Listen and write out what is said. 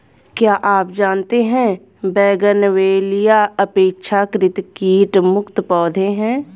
क्या आप जानते है बोगनवेलिया अपेक्षाकृत कीट मुक्त पौधे हैं?